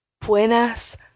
Buenas